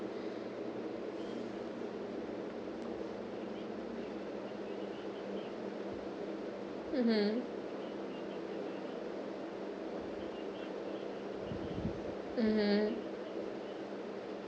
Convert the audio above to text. mmhmm mmhmm